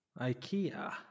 IKEA